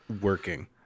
working